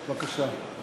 בבקשה.